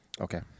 Okay